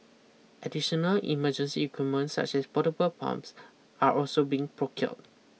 additional emergency equipment such as portable pumps are also being procured